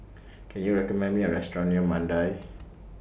Can YOU recommend Me A Restaurant near Mandai